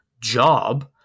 job